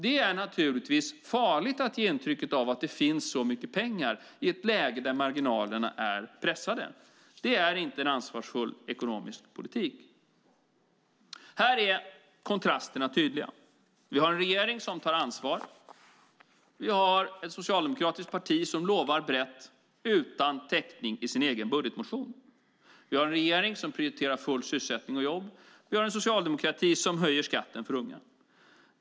Det är farligt att ge intrycket av att det finns så mycket pengar i ett läge där marginalerna är pressade. Det är inte en ansvarsfull ekonomisk politik. Här är kontrasterna tydliga. Vi har en regering som tar ansvar. Vi har ett socialdemokratiskt parti som lovar brett utan täckning i sin egen budgetmotion. Vi har en regering som prioriterar full sysselsättning och jobb. Vi har en socialdemokrati som höjer skatten för unga.